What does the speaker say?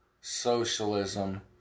socialism